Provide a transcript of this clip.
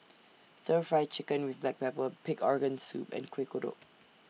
Stir Fry Chicken with Black Pepper Pig Organ Soup and Kuih Kodok